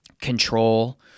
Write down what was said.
control –